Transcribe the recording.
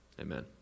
Amen